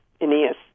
Aeneas